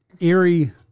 Eerie